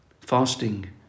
fasting